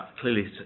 clearly